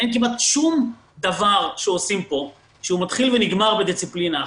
אין כמעט שום דבר שעושים פה שמתחיל ונגמר בדיסציפלינה אחת,